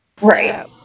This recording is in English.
right